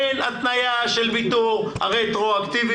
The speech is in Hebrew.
שאין התניה כזאת של ויתור הרטרואקטיביות.